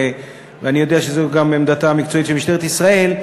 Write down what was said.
ואני יודע שזו גם עמדתה המקצועית של משטרת ישראל.